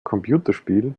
computerspiel